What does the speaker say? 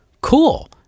Cool